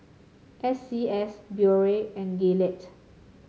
S C S Biore and Gillette